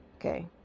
okay